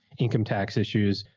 income tax issues.